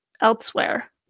elsewhere